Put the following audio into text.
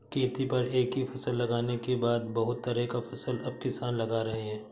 खेती पर एक ही फसल लगाने के बदले बहुत तरह का फसल अब किसान लगा रहे हैं